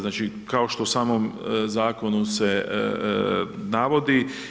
Znači kao što u samom zakonu se navodi.